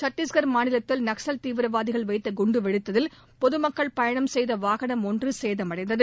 சத்தீஷ்கர் மாநிலத்தில் நக்ஸல் தீவிரவாதிகள் வைத்த குண்டுவெடித்ததில் பொதுமக்கள் பயணம் செய்த வாகனம் ஒன்று சேதமடைந்தது